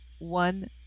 one